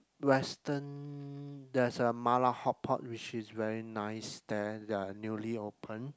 western there's a Mala Hotpot which is very nice there they're newly open